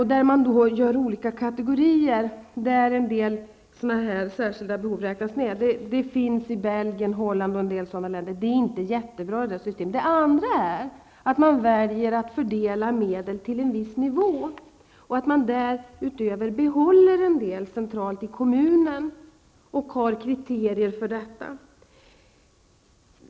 Eleverna får därvid delas upp i kategorier med hänsyn till olika typer av särskilda behov. Detta system finns i Belgien, Holland och en del liknande länder. Det är inte något jättebra system. I det andra systemet fördelar man medel upp till en viss nivå och behåller därutöver enligt olika kriterier en del medel centralt i kommunen.